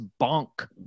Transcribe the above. Bonk